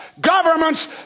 governments